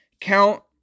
count